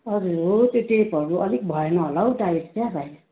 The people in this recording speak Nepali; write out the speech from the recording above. हजुर हो त्यो ट्यापहरू अलिक भएन होला हो टाइट चाहिँ अब